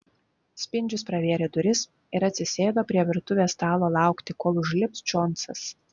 spindžius pravėrė duris ir atsisėdo prie virtuvės stalo laukti kol užlips džonsas